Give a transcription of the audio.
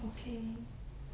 okay